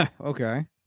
Okay